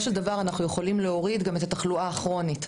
של דבר אנחנו יכולים גם להוריד את התחלואה הכרונית.